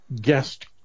guest